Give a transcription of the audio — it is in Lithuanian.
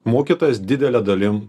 mokytojas didele dalim